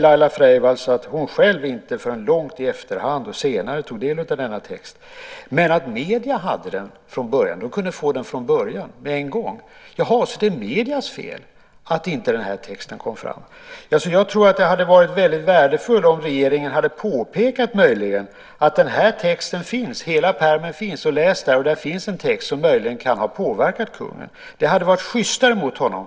Laila Freivalds säger att hon själv inte förrän senare, långt i efterhand, tog del av texten men att medierna hade den och kunde få den från början - med en gång. Är det mediernas fel att texten inte kom fram? Jag tror att det hade varit värdefullt om regeringen hade påpekat att texten finns och att hela pärmen finns. Man kunde ha sagt: Läs där! Där finns en text som möjligen kan ha påverkat kungen. Det hade varit sjystare mot honom.